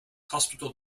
hospital